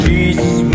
Jesus